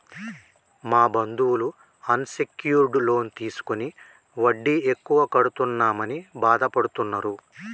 మా బంధువులు unsecured loan తీసుకుని వడ్డీ ఎక్కువ కడుతున్నామని బాధపడుతున్నరు